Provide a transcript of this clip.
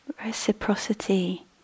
reciprocity